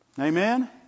Amen